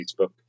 Facebook